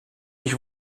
ich